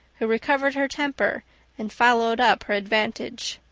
who recovered her temper and followed up her advantage.